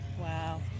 Wow